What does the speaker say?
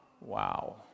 Wow